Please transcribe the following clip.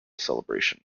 celebration